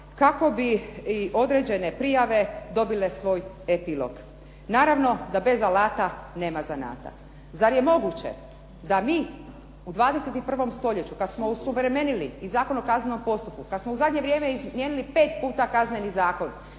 kako bi i određene prijave dobile svoj epilog. Naravno da bez alata nema zanata. Zar je moguće da mi u 21. stoljeću kad smo osuvremenili i Zakon o kaznenom postupku, kad smo u zadnje vrijeme izmijenili pet puta Kazneni zakon,